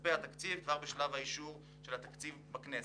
כספי התקציב כבר בשלב אישור התקציב בכנסת.